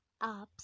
apps